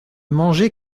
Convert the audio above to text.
manger